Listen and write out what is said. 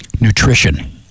nutrition